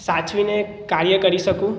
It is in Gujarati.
સાચવીને કાર્ય કરી શકું